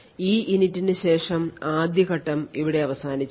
EINIT ന് ശേഷം ആദ്യ ഘട്ടം ഇവിടെ അവസാനിച്ചു